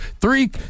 Three